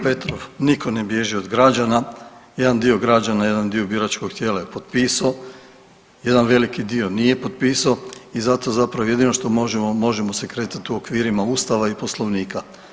Kolega Petrov, nitko ne bježi od građana, jedan dio građana i jedan dio biračkog tijela je potpisa, jedan veliki dio nije potpisao i zato zapravo jedino što možemo možemo se kretati u okvirima ustava i Poslovnika.